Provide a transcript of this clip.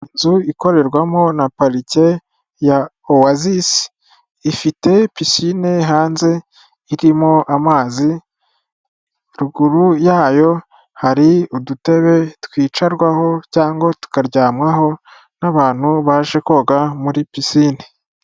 Inzu ikorerwamo na parike ya Owazisi, ifite pisine hanze irimo amazi, ruguru yayo hari udutebe twicarwaho cyangwa tukaryamwaho n'abantu baje koga muri pisine.